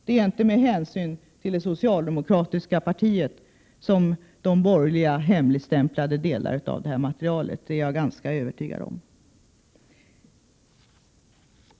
Det är inte med hänsyn till det socialdemokratiska partiet som de borgerliga hemligstämplade delar av detta material, det är jag ganska övertygad om.